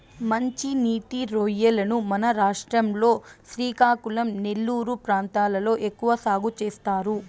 మంచి నీటి రొయ్యలను మన రాష్ట్రం లో శ్రీకాకుళం, నెల్లూరు ప్రాంతాలలో ఎక్కువ సాగు చేస్తారు